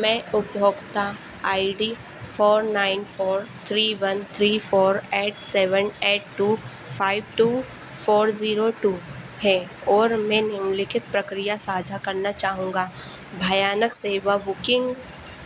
मैं उपभोक्ता I D I D four nine four three one three four eight seven eight two five two four zero two है और मैं निम्नलिखित प्रक्रिया साझा करना चाहूंगा भयानक सेवा बुकिंग